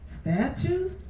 Statues